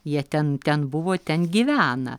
jie ten ten buvo ten gyvena